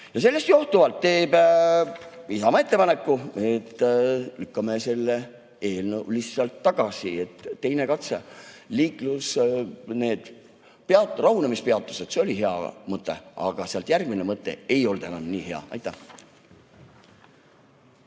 Sellest johtuvalt teeb Isamaa ettepaneku, et lükkame selle eelnõu lihtsalt tagasi. Teine katse. Need rahunemispeatused oli hea mõte, aga sealt järgmine mõte ei olnud enam nii hea. Aitäh!